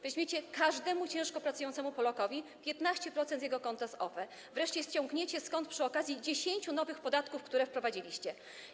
Weźmiecie każdemu ciężko pracującemu Polakowi 15% z jego konta z OFE, wreszcie ściągnięcie z kont przy okazji 10 nowych podatków, które wprowadziliście.